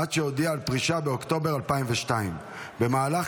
עד שהודיע על פרישה באוקטובר 2002. במהלך